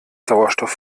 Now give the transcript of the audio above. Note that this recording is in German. sauerstoff